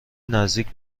نزدیک